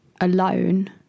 alone